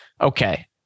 Okay